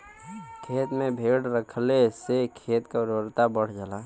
खेते में भेड़ रखले से खेत के उर्वरता बढ़ जाला